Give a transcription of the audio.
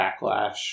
backlash